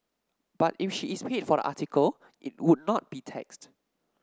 but if she is paid for the article it would not be taxed